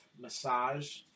massage